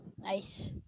Nice